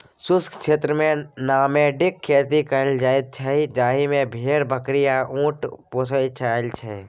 शुष्क क्षेत्रमे नामेडिक खेती कएल जाइत छै जाहि मे भेड़, बकरी आ उँट पोसल जाइ छै